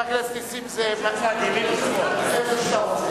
מאיזה צד,